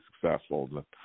successful